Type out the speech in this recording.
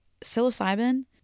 psilocybin